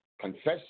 confession